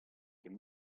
ket